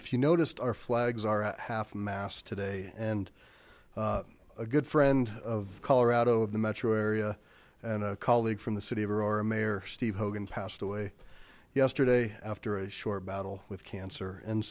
if you noticed our flags are at half mast today and a good friend of colorado of the metro area and a colleague from the city of aurora mayor steve hogan passed away yesterday after a short battle with cancer and